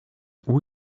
all